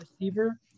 receiver